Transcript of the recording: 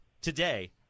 today